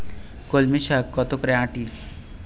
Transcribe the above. কলমি শাখ কত করে আঁটি?